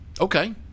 Okay